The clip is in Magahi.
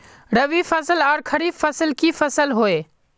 रवि फसल आर खरीफ फसल की फसल होय?